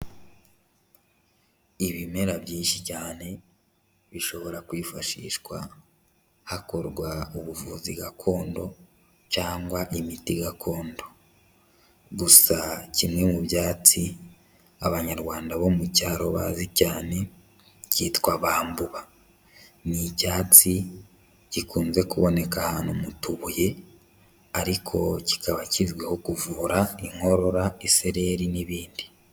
Ibimera byinshi cyane bishobora kwifashishwa hakorwa ubuvuzi gakondo cyangwa imiti gakondo, gusa kimwe mu byatsi abanyarwanda bo mu cyaro bazi cyane kitwa bambuba, ni icyatsi gikunze kuboneka ahantu mu tubuye, ariko kikaba kizwiho kuvura inkorora, isereri n'ibindi.